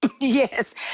Yes